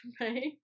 right